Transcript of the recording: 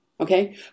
Okay